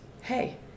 hey